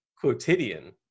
Quotidian